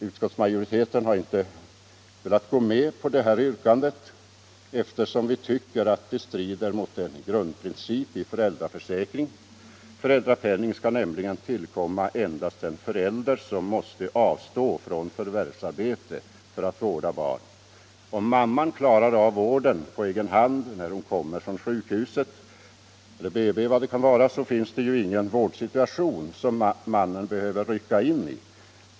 Utskottsmajoriteten har inte velat gå med på detta yrkande, eftersom vi tycker att det strider mot en grundprincip i föräldraförsäkringen. Föräldrapenning skall nämligen tillkomma endast den förälder som måste avstå från förvärvsarbete för att vårda barn. Om mamman klarar av vården på egen hand när hon kommer hem från sjukhuset — eller BB — så finns det ju ingen vårdsituation som mannen behöver rycka in i.